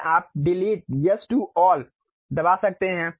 फिर आप delete yes to all दबा सकते हैं